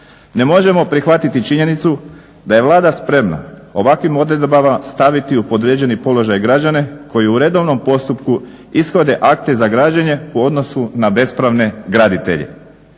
Ne možemo prihvatiti činjenicu da je Vlada spremna ovakvim odredbama staviti u podređeni položaj građane koji u redovnom postupku ishode akte za građenje u odnosu na bespravne graditelje.